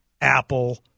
Apple